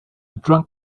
drunk